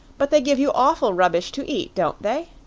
but they give you awful rubbish to eat, don't they?